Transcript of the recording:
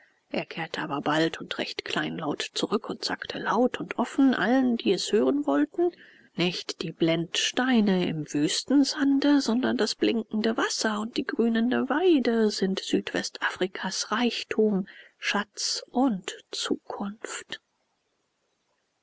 er kehrte aber bald und recht kleinlaut zurück und sagte laut und offen allen die es hören wollten nicht die blendsteine im wüstensande sondern das blinkende wasser und die grünende weide sind südwestafrikas reichtum schatz und zukunft